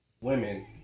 women